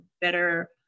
better